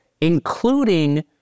including